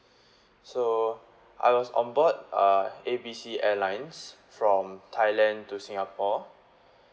so I was on board uh A B C airlines from thailand to singapore